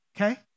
okay